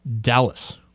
Dallas